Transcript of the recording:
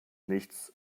nichts